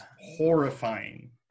horrifying